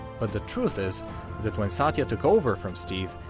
but the truth is that when satya took over from steve,